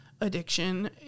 addiction